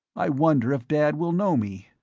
i wonder if dad will know me?